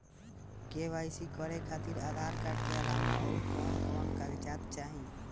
KYC करे खातिर Aadhaar card के अलावा आउरकवन कवन कागज चाहीं?